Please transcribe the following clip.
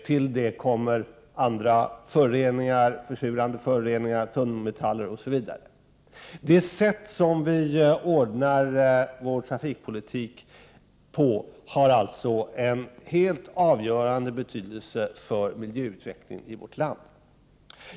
Till detta kommer andra försurande föroreningar, tungmetaller, osv. Trafikpolitiken har alltså en helt avgörande betydelse för miljöutvecklingen i vårt land.